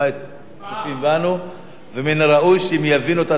צופים בנו ומן הראוי שהם יבינו את הצעת החוק